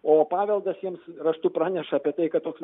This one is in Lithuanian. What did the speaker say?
o paveldas jiems raštu praneša apie tai kad toks